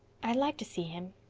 i'd like to see him,